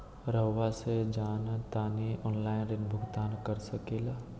रहुआ से जाना तानी ऑनलाइन ऋण भुगतान कर सके ला?